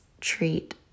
treat